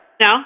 No